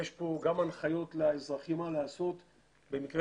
יש כאן גם הנחיות לאזרחים מה לעשות במקרה